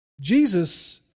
Jesus